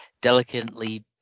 delicately